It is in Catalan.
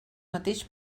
mateix